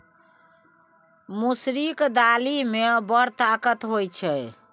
मसुरीक दालि मे बड़ ताकत होए छै